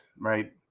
Right